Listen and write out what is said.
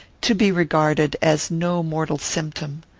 to be regarded as no mortal symptom.